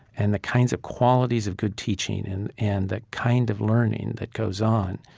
and the kinds of qualities of good teaching, and and the kind of learning that goes on,